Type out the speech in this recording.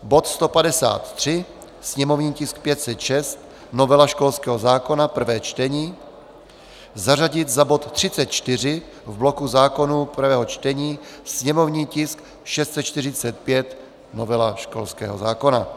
Bod 153, sněmovní tisk 506 novela školského zákona, prvé čtení, zařadit za bod 34 v bloku zákonů prvého čtení, sněmovní tisk 645 novela školského zákona.